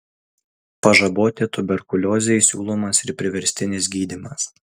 pažaboti tuberkuliozei siūlomas ir priverstinis gydymas